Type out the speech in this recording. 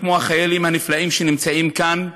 כמו החיילים הנפלאים שנמצאים כאן,